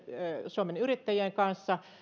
suomen yrittäjien kanssa